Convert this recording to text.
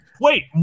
wait